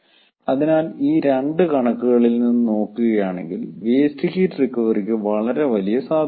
അതിനാൽ ഈ 2 കണക്കുകളിൽ നിന്ന് നോക്കുകയാണെങ്കിൽ വേസ്റ്റ് ഹീറ്റ് റിക്കവറിക്ക് വളരെ വലിയ സാധ്യത ഉണ്ട്